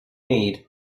need